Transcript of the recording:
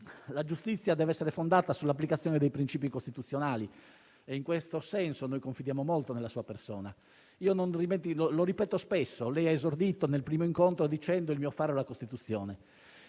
la giustizia deve essere fondata sull'applicazione dei principi costituzionali e in questo senso noi confidiamo molto nella sua persona. Lo ripeto spesso: lei ha esordito, nel primo incontro, dicendo che il suo faro è la Costituzione.